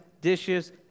dishes